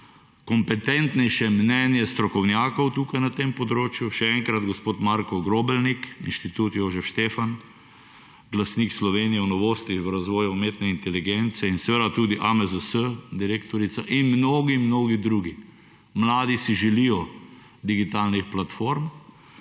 kompetentnejše mnenje strokovnjakov tukaj na tem področju, še enkrat gospod Marko Grobelnik, Inštitut Jožef Štefan, glasnik Slovenije o novostih v razvoju umetne inteligence in seveda tudi AMZS, direktorica in mnogi, mnogi drugi. Mladi si želijo digitalnih platform,